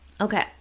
Okay